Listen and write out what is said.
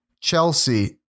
Chelsea